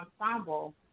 ensemble